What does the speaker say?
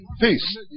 Peace